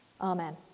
Amen